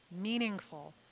meaningful